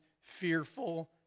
fearful